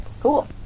Cool